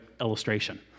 illustration